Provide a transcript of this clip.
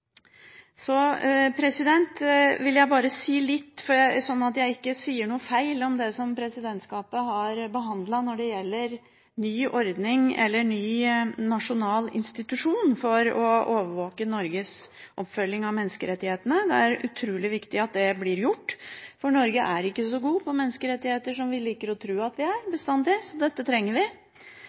Så vil jeg bare si litt – sånn at jeg ikke sier noe feil – om det som presidentskapet har behandlet når det gjelder ny nasjonal institusjon for å overvåke Norges oppfølging av menneskerettighetene. Det er utrolig viktig at det blir gjort. Norge er ikke bestandig så god på menneskerettigheter som vi liker å tro at vi er, så dette trenger vi.